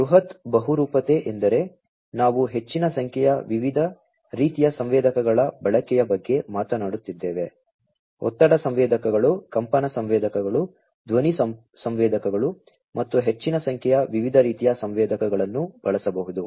ಬೃಹತ್ ಬಹುರೂಪತೆ ಎಂದರೆ ನಾವು ಹೆಚ್ಚಿನ ಸಂಖ್ಯೆಯ ವಿವಿಧ ರೀತಿಯ ಸಂವೇದಕಗಳ ಬಳಕೆಯ ಬಗ್ಗೆ ಮಾತನಾಡುತ್ತಿದ್ದೇವೆ ಒತ್ತಡ ಸಂವೇದಕಗಳು ಕಂಪನ ಸಂವೇದಕಗಳು ಧ್ವನಿ ಸಂವೇದಕಗಳು ಮತ್ತು ಹೆಚ್ಚಿನ ಸಂಖ್ಯೆಯ ವಿವಿಧ ರೀತಿಯ ಸಂವೇದಕಗಳನ್ನು ಬಳಸಬಹುದು